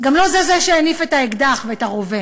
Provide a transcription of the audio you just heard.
גם לא את זה שהניף את האקדח ואת הרובה.